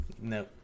No